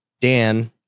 Dan